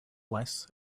less